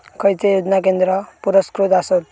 खैचे योजना केंद्र पुरस्कृत आसत?